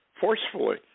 forcefully